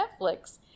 netflix